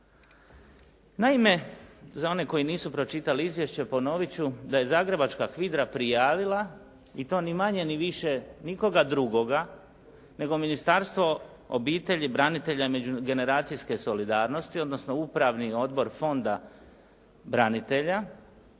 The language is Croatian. Naime, za one koji nisu pročitali izvješće ponovit ću da je zagrebačka HVIDRA prijavila i to ni manje ni više nikoga drugoga, nego Ministarstvo obitelji, branitelja i međugeneracijske solidarnosti, odnosno Upravni odbor Fonda branitelja